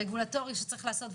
רגולטורי שצריך לעשות,